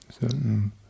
certain